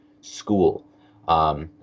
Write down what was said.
school